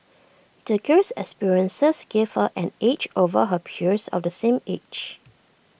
the girl's experiences gave her an edge over her peers of the same age